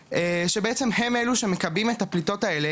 שבעצם הם אלו שמכבים את הפליטות האלה,